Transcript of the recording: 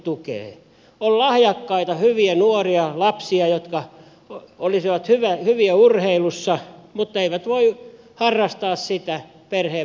on lahjakkaita hyviä nuoria ja lapsia jotka olisivat hyviä urheilussa mutta eivät voi harrastaa sitä perheen vähätuloisuuden vuoksi